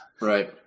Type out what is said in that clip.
Right